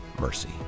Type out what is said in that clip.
mercy